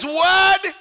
word